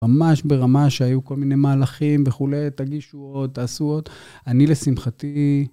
ממש ברמה שהיו כל מיני מהלכים וכולי, תגישו עוד, תעשו עוד. אני לשמחתי